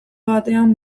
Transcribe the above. batean